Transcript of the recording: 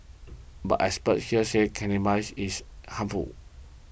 but experts here say cannabis is harmful